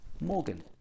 Morgan